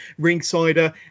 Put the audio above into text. Ringsider